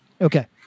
Okay